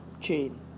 chain